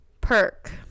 perk